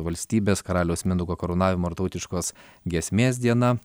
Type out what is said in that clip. valstybės karaliaus mindaugo karūnavimo ir tautiškos giesmės diena